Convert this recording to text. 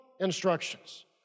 instructions